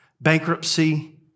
bankruptcy